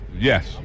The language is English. Yes